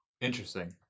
interesting